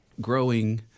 growing